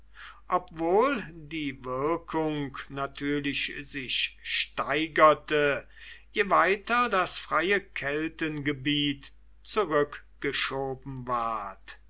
obwohl die wirkung natürlich sich steigerte je weiter das freie keltengebiet zurückgeschoben ward